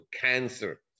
cancer